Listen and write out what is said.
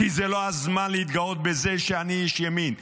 כי זה לא הזמן להתגאות בזה שאני איש ימין,